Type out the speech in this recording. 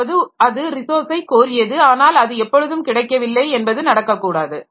அதாவது அது ரிசோர்ஸை கோரியது ஆனால் அது எப்போழுதும் கிடைக்கவில்லை என்பது நடக்கக்கூடாது